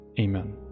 Amen